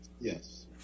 Yes